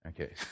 okay